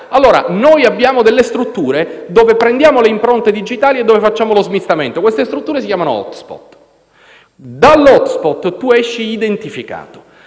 Mazzoni. Abbiamo delle strutture dove prendiamo le impronte digitali e facciamo lo smistamento. Queste strutture si chiamano *hotspot*. Dall'*hotspot* il profugo esce identificato.